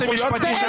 תקשיבי טוב,